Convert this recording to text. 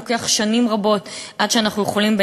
לוקח שנים רבות עד שאנחנו יכולים,